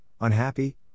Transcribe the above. unhappy